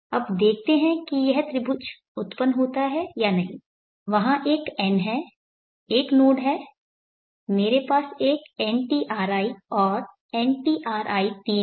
अब देखते हैं कि यह त्रिभुज उत्पन्न होता है या नहीं वहाँ एक n है एक नोड है मेरे पास एक ntri और ntri3 है